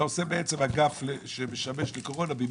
אתה רוצה לצאת למכרז אבל איכשהו מסתבר שיש לך רק בן